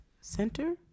Center